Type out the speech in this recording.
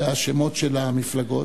והשמות של המפלגות.